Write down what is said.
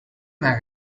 una